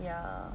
yeah